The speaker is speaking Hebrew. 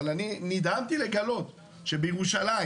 אבל אני נדהמתי לגלות שבירושלים,